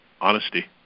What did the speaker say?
honesty